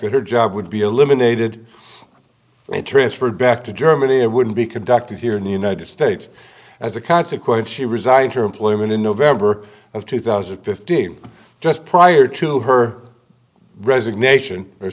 that her job would be eliminated they transferred back to germany and wouldn't be conducted here in the united states as a consequence she resigned her employment in november of two thousand and fifteen just prior to her resignation